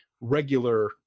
regular